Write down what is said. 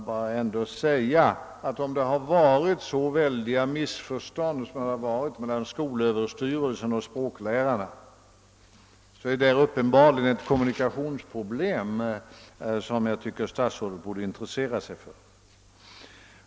Jag vill ändå säga att om det varit så stora missförstånd mellan skolöverstyrelsen och språklärarna så föreligger uppenbarligen ett kommunikationsproblem som jag tycker att statsrådet borde intressera sig för.